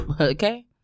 Okay